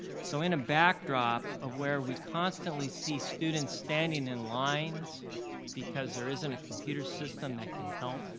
so in a backdrop of where we constantly see students standing in lines because there isn't a computer system that can help,